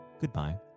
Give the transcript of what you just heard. goodbye